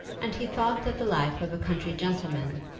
and he thought that the life of a country gentleman,